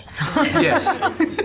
Yes